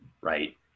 right